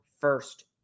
first